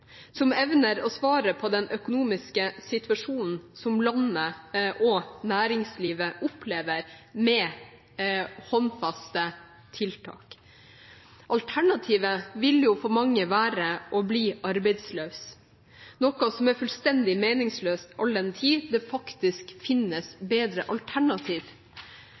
som tar høyde for nettopp det, som evner å svare på den økonomiske situasjonen som landet og næringslivet opplever, med håndfaste tiltak. Alternativet vil for mange være å bli arbeidsløs, noe som er fullstendig meningsløst all den tid det faktisk finnes bedre